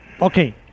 okay